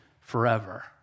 forever